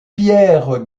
pierres